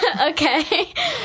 Okay